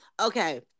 okay